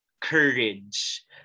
courage